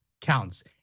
Counts